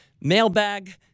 mailbag